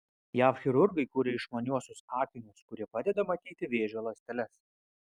jav chirurgai kuria išmaniuosius akinius kurie padeda matyti vėžio ląsteles